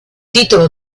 titolo